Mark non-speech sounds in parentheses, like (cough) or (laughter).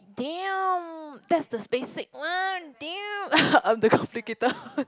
damn that's the basic one damn (laughs) a bit complicated one